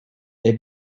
they